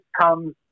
comes